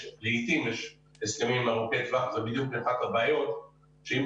לעתים יש הסכמים ארוכי טווח שזאת בדיוק אחת הבעיות כי אם